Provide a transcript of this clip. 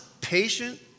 patient